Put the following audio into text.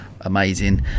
amazing